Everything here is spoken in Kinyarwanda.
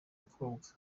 mukobwa